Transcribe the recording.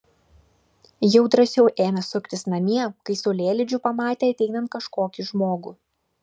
jau drąsiau ėmė suktis namie kai saulėlydžiu pamatė ateinant kažkokį žmogų